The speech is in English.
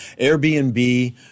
Airbnb